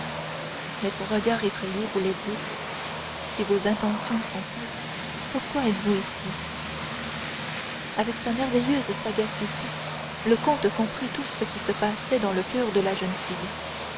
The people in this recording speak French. mais son regard effrayé voulait dire si vos intentions sont pures pourquoi êtes-vous ici avec sa merveilleuse sagacité le comte comprit tout ce qui se passait dans le coeur de la jeune fille